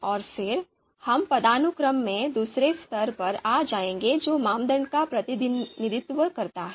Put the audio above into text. और फिर हम पदानुक्रम में दूसरे स्तर पर आ जाएंगे जो मानदंड का प्रतिनिधित्व करता है